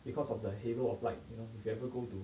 because of the halo of light you know if you ever go to